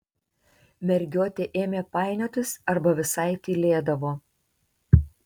mergiotė ėmė painiotis arba visai tylėdavo